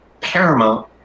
paramount